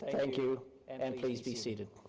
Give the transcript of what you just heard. thank you and and please be seated.